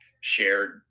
shared